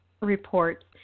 reports